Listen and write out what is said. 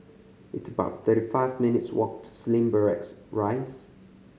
it's about thirty five minutes' walk to Slim Barracks Rise